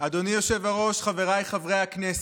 אדוני היושב-ראש, חבריי חברי הכנסת,